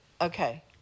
Okay